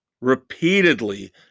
Repeatedly